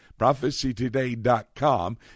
prophecytoday.com